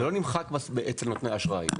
זה לא נמחק אצל נותני האשראי,